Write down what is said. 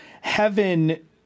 heaven